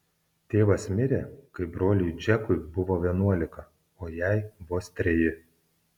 tėvas mirė kai broliui džekui buvo vienuolika o jai vos treji